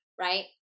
right